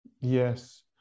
Yes